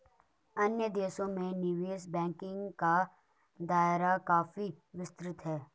अन्य देशों में निवेश बैंकिंग का दायरा काफी विस्तृत है